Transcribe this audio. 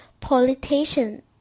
politician